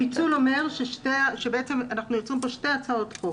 הפיצול אומר שאנחנו יוצרים כאן שתי הצעות.